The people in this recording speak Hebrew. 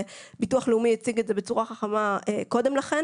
ביטוח לאומי הציג את זה בצורה חכמה קודם לכן